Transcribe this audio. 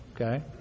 okay